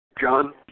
John